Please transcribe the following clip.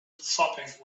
sopping